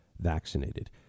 vaccinated